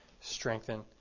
strengthen